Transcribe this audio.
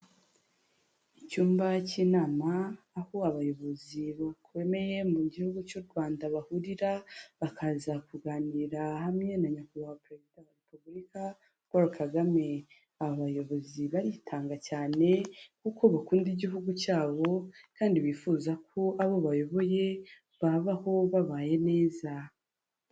Icyumba cy'inama, aho abayobozi bakomeye mu gihugu cy'u Rwanda bahurira, bakaza kuganira hamwe na nyakubahwa perezida wa repubulika Paul Kagame, aba bayobozi baritanga cyane kuko bakunda igihugu cyabo kandi bifuza ko abo bayoboye babaho babayeho neza.